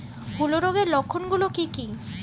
হূলো রোগের লক্ষণ গুলো কি কি?